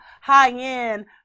high-end